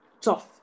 tough